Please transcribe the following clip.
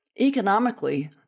Economically